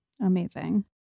Amazing